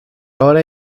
hora